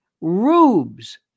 rubes